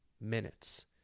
minutes